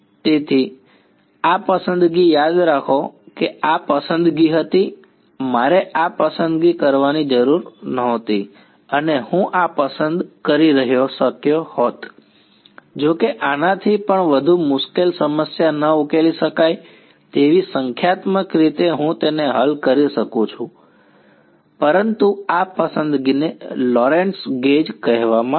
તેથી આ પસંદગી યાદ રાખો કે આ પસંદગી હતી મારે આ પસંદગી કરવાની જરૂર નહોતી અને હું આ પસંદ કરી શક્યો હોત જો કે આનાથી પણ વધુ મુશ્કેલ સમસ્યા ન ઉકેલી શકાય તેવી સંખ્યાત્મક રીતે હું તેને હલ કરી શકું છું પરંતુ આ પસંદગીને લોરેન્ટ્ઝ ગેજ કહેવામાં આવે છે